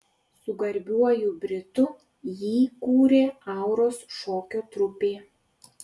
su garbiuoju britu jį kūrė auros šokio trupė